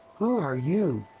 who are you?